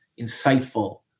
insightful